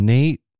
Nate